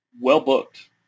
Well-booked